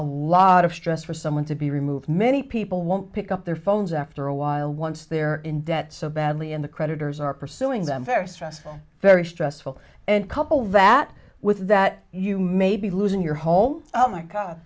a lot of stress for someone to be removed many people won't pick up their phones after a while once they're in debt so badly in the creditors are pursuing them very stressful very stressful and couple that with that you may be losing your home